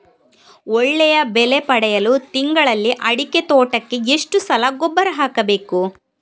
ಒಳ್ಳೆಯ ಬೆಲೆ ಪಡೆಯಲು ತಿಂಗಳಲ್ಲಿ ಅಡಿಕೆ ತೋಟಕ್ಕೆ ಎಷ್ಟು ಸಲ ಗೊಬ್ಬರ ಹಾಕಬೇಕು?